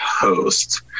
host